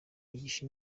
agisha